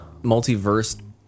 multiverse